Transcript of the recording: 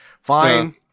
Fine